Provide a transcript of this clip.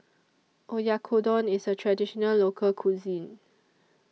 Oyakodon IS A Traditional Local Cuisine